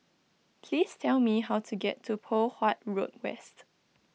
please tell me how to get to Poh Huat Road West